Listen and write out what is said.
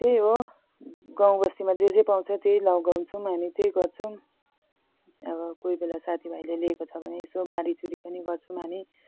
त्यही हो गाउँ बस्तीमा जे जे पाउँछ त्यही लगाउँछौँ हामी त्यही गर्छौँ अब कोही बेला साथी भाइले लिएको छ भने यसो बाँडी चुँडी पनि गर्छौँ हामी